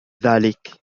ذلك